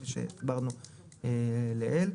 כפי שהסברנו לעיל.